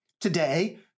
today